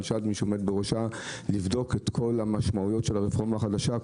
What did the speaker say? שדמי שעומד בראשה לבדוק את כל המשמעויות של הרפורמה החדשה,